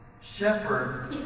Shepherd